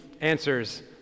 answers